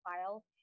file